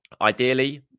ideally